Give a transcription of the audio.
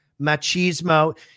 machismo